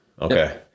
Okay